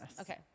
okay